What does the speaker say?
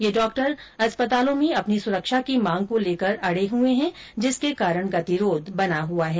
ये डॉक्टर अस्पतालों में अपनी सुरक्षा की मांग को लेकर अड़े हैं जिसके कारण गतिरोध बना हुआ है